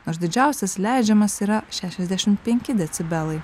nors didžiausias leidžiamas yra šešiasdešimt penki decibelai